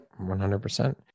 100%